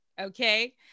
okay